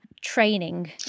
training